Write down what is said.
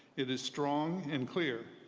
it is strong and clear.